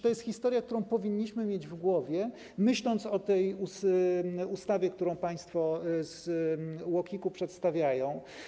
To jest historia, którą powinniśmy mieć w głowie, myśląc o tej ustawie, którą państwo z UOKiK-u przedstawiają.